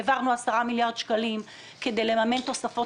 העברנו 10 מיליארד שקלים כדי לממן תוספות